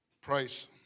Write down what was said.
price